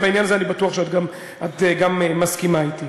בעניין הזה אני בטוח שאת גם מסכימה אתי.